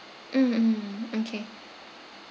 mm mm okay